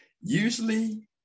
Usually